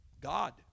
God